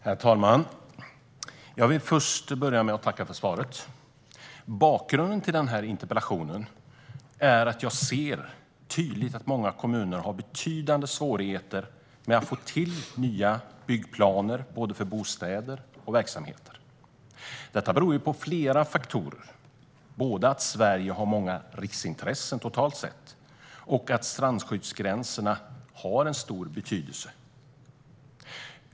Herr talman! Jag vill börja med att tacka för svaret. Bakgrunden till denna interpellation är att jag tydligt ser att många kommuner har betydande svårigheter att få till nya byggplaner både för bostäder och för verksamheter. Detta beror på flera faktorer, både att Sverige har många riksintressen totalt sett och att strandskyddsgränserna har stor betydelse.